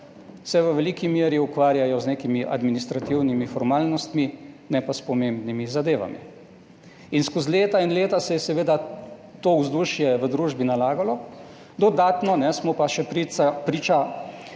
se v veliki meri ukvarjajo z nekimi administrativnimi formalnostmi ne pa s pomembnimi zadevami. In skozi leta in leta se je seveda to vzdušje v družbi nalagalo, dodatno smo pa še priča